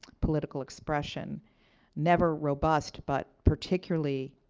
political expression never robust but, particularly